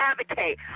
advocate